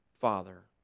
Father